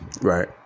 Right